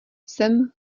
jsem